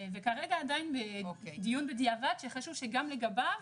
וכרגע עדיין דיון בדיעבד שחשוב שגם לגביו,